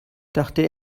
dachte